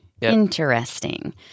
interesting